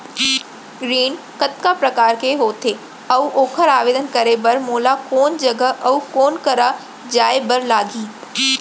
ऋण कतका प्रकार के होथे अऊ ओखर आवेदन करे बर मोला कोन जगह अऊ कोन करा जाए बर लागही?